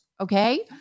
Okay